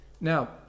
Now